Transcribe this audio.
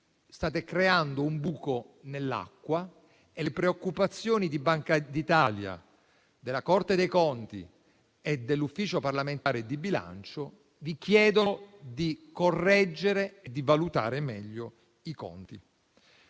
State creando un buco nell'acqua e le preoccupazioni di Banca d'Italia, della Corte dei conti e dell'Ufficio parlamentare di bilancio vi chiedono di correggere e di valutare meglio i conti.